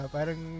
Parang